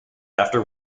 after